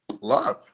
love